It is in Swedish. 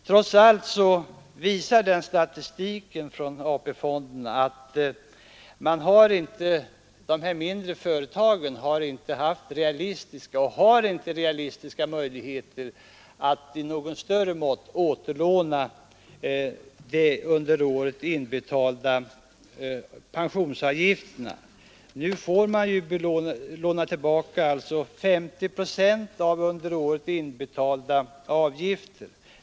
Trots allt visar statistiken från AP-fonden att de mindre företagen inte haft och inte har realistiska möjligheter att i något större mått återlåna de under året inbetalda pensionsavgifterna. Nu får man låna tillbaka 50 procent av under året inbetalda avgifter.